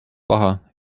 paha